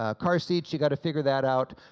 ah car seats, you got to figure that out,